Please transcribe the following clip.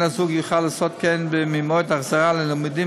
בן-הזוג יוכל לעשות כן ממועד החזרה ללימודים,